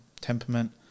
temperament